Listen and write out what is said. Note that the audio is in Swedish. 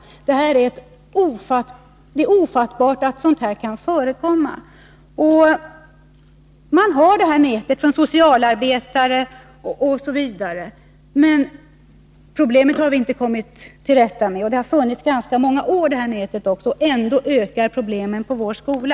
Det är ofattbart att sådant kan förekomma. Det finns alltså ett samarbetsnät mellan skola, socialarbetare osv., men problemen har vi inte kommit till rätta med. Nätet har också funnits i ganska många år, ändå ökar problemen på vår skola.